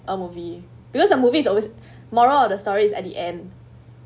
a movie because the movie is always moral of the story is at the end